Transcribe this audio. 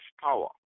power